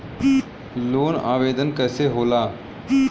Loan आवेदन कैसे होला?